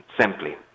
simply